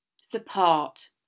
Support